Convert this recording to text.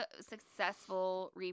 successful